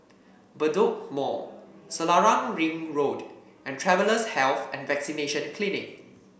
Bedok Mall Selarang Ring Road and Travellers' Health and Vaccination Clinic